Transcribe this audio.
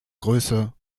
größe